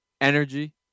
energy